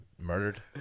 murdered